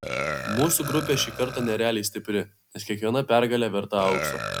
mūsų grupė šį kartą nerealiai stipri nes kiekviena pergalė verta aukso